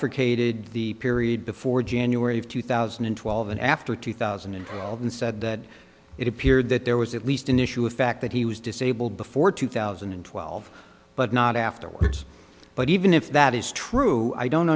bifurcated the period before january of two thousand and twelve and after two thousand and twelve and said that it appeared that there was at least an issue of fact that he was disabled before two thousand and twelve but not afterwards but even if that is true i don't